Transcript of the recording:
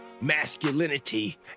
masculinity